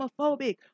homophobic